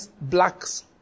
blacks